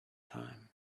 time